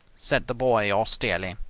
said the boy austerely.